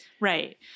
right